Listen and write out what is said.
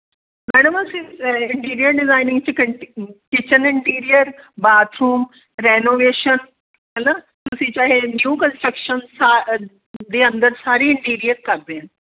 madam ਅਸੀਂ interior designing 'ਚ ਕੰਟੀ ਕਿਚਨ ਇੰਟੀਰੀਅਰ ਬਾਥਰੂਮ ਰੈਨੋਵੇਸ਼ਨ ਹੈ ਨਾ ਤੁਸੀਂ ਚਾਹੇ ਨਿਊ ਕੰਸਟਰਕਸ਼ਨ ਸਾ ਦੇ ਅੰਦਰ ਸਾਰੀ ਇੰਟੀਰੀਅਰ ਕਰਦੇ ਹਾਂ